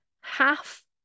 half